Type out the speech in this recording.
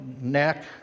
neck